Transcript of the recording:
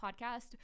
podcast